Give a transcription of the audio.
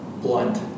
blunt